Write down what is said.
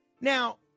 Now